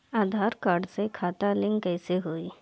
आधार card से खाता link कईसे होई?